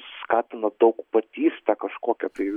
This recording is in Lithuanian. skatina daugpatystę kažkokią tai